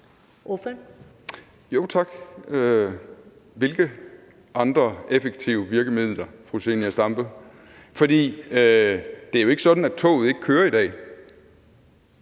(LA): Hvilke andre effektive virkemidler, fru Zenia Stampe? For det er jo ikke sådan, at toget ikke kører i dag;